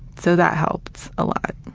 so that helped a lot.